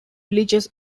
religious